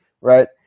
right